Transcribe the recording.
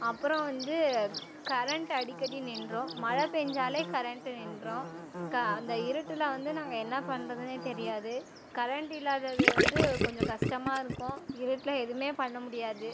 அப்புறம் வந்து கரண்ட் அடிக்கடி நின்றும் மழை பெஞ்சாலே கரண்ட் நின்றும் க அந்த இருட்டில் வந்து நாங்கள் என்ன பண்றதுனே தெரியாது கரண்ட் இல்லாதது வந்து கொஞ்சம் கஷ்டமா இருக்கும் இருட்டில் எதுவுமே பண்ண முடியாது